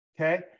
okay